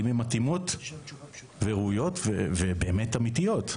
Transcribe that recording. אם הן מתאימות וראויות ובאמת אמיתיות.